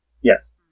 Yes